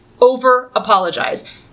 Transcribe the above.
over-apologize